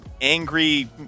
angry